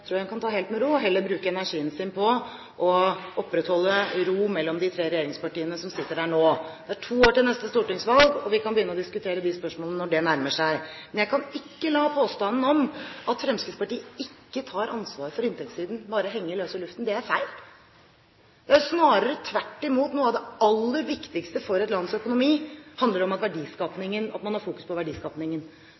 tror jeg hun kan ta helt med ro, og heller bruke energien sin på å opprettholde ro mellom de tre partiene som sitter i regjering nå. Det er to år til neste stortingsvalg, og vi kan begynne å diskutere de spørsmålene når det nærmer seg. Men jeg kan ikke la påstanden om at Fremskrittspartiet ikke tar ansvar for inntektssiden, bare henge i løse luften. Det er feil – det er snarere tvert imot. Noe av det aller viktigste for et lands økonomi handler om at